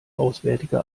auswärtige